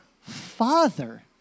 Father